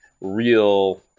real